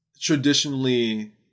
traditionally